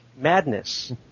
Madness